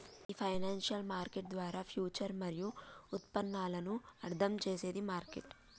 ఈ financial market ద్వారా future మరియు ఉత్పన్నాలను అర్థం చేసేది మార్కెట్